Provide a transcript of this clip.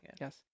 yes